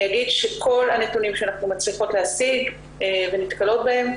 אני אגיד שכל הנתונים שאנחנו מצליחות להשיג ונתקלות בהם,